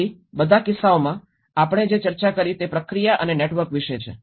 તેથી બધા કિસ્સાઓમાં આપણે જે ચર્ચા કરી તે પ્રક્રિયા અને નેટવર્ક વિશે છે